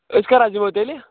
أسۍ کَر حظ یِمو تیٚلہِ